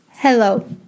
Hello